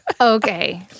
Okay